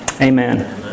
Amen